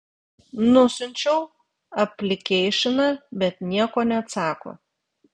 nusiunčiau aplikeišiną bet nieko neatsako